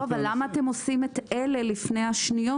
למה אתם עושים את אלה לפני התקנות השניות